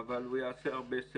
אנחנו נהנים היום מכל העולמות,